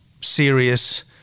serious